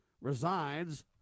resides